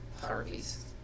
Harvey's